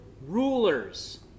rulers